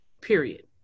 period